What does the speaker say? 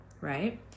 Right